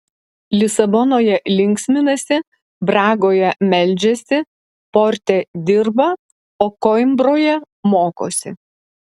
lisabonoje linksminasi bragoje meldžiasi porte dirba o koimbroje mokosi